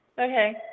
Okay